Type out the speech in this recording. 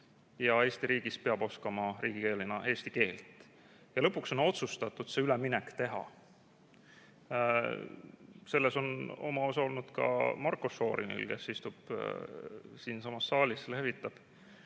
ja Eesti riigis peab oskama riigikeelena eesti keelt. Ja lõpuks on otsustatud see üleminek teha. Selles on oma osa olnud ka Marko Šorinil, kes istub siinsamas saalis ja lehvitab.